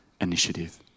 initiative